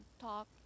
talk